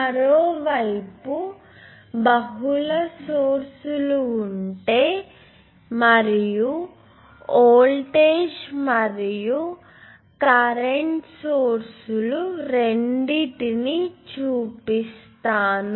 మరోవైపు బహుళ సోర్స్ లు ఉంటే మరియు వోల్టేజ్ మరియు కరెంట్ సోర్స్ లు రెండింటినీ చూపిస్తాను